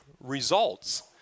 results